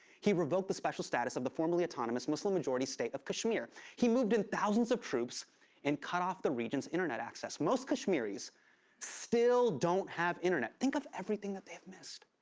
he revoked the special status of the formerly autonomous, muslim-majority state of kashmir. he moved in thousands of troops and cut off the region's internet access. most kashmiris still don't have internet. think of everything they've missed.